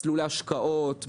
מסלולי השקעות,